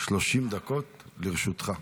30 דקות לרשותך.